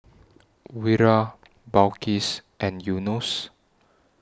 Wira Balqis and Yunos